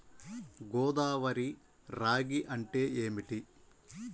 గోదావరి రాగి అంటే ఏమిటి?